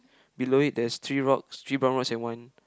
below it there is three rocks three brown rocks and one